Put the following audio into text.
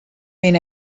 been